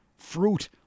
fruit